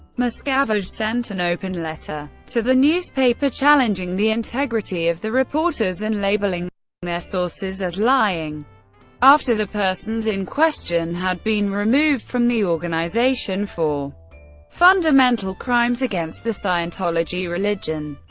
miscavige sent an open letter to the newspaper challenging the integrity of the reporters and labeling their sources as lying after the persons in question had been removed from the organization for fundamental crimes against the scientology religion.